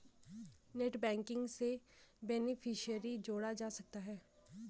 net banking से beneficiary जोड़ा जा सकता है